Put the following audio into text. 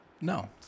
No